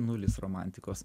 nulis romantikos